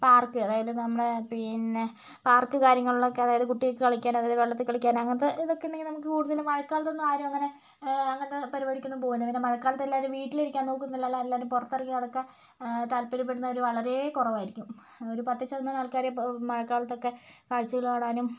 park അതായത് നമ്മുടെ പിന്നെ പാർക്ക് കാര്യങ്ങളിലൊക്കെ അതായത് കുട്ടികൾക്ക് കളിക്കാൻ ഒക്കെ അതായത് വെള്ളത്തിൽ കളിക്കാൻ അങ്ങനത്തെ അതൊക്കെ ഉണ്ടെങ്കിൽ നമുക്ക് കൂടുതലും മഴക്കാലത്തൊന്നും ആരും അങ്ങനെ അങ്ങനത്തെ പരിപാടിക്കൊന്നും പോകാറില്ല മഴക്കാലത്ത് വീട്ടിലിരിക്കാൻ നോക്കും എന്നല്ലാണ്ട് പുറത്തിറങ്ങി നടക്കാൻ താല്പര്യപ്പെടുന്നവർ വളരെ കുറവായിരിക്കും ഒരു പത്ത് ശതമാനം ആൾക്കാരെ മഴക്കാലത്തൊക്കെ കാഴ്ചകൾ കാണാനും